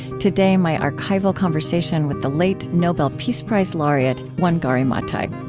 today, my archival conversation with the late nobel peace prize laureate wangari maathai.